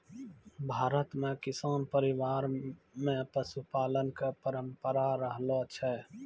भारत मॅ किसान परिवार मॅ पशुपालन के परंपरा रहलो छै